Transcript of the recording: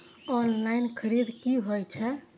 Online खरीद की होए छै?